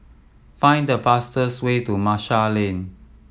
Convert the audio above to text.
find the fastest way to Marshall Lane